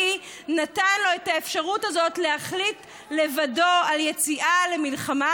נתן לו את האפשרות הזאת להחליט לבדו על יציאה למלחמה,